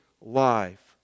life